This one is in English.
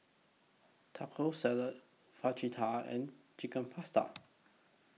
Taco Salad Fajitas and Chicken Pasta